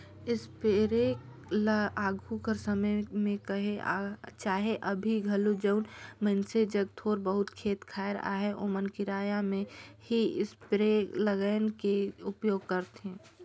sprayer ल आघु कर समे में कह चहे अभीं घलो जउन मइनसे जग थोर बहुत खेत खाएर अहे ओमन किराया में ही इस्परे लाएन के उपयोग करथे